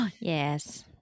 yes